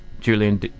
Julian